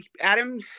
Adam